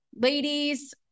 ladies